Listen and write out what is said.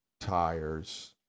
tires